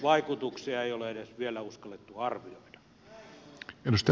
vaikutuksia ei ole edes vielä uskallettu arvioida